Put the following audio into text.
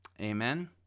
Amen